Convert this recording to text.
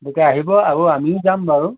দুয়োটাই আহিব আৰু আমিও যাম বাৰু